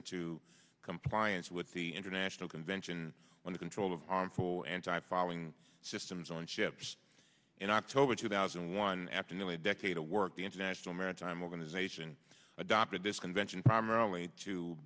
into compliance with the international convention on the control of harmful anti fouling systems on ships in october two thousand and one after nearly a decade of work the international maritime organization adopted this convention primarily to